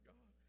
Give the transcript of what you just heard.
God